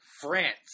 France